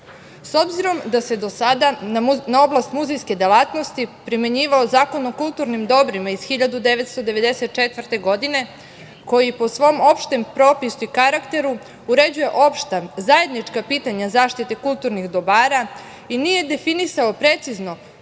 obzirom da se do sada na oblast muzejske delatnosti primenjivao zakon o kulturnim dobrima iz 1994. godine, koji po svom opštem propisu i karakteru uređuje opšta zajednička pitanja zaštite kulturnih dobara i nije definisao precizno